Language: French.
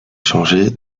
changé